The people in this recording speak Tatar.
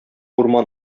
урман